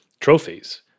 trophies